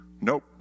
nope